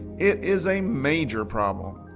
it is a major problem.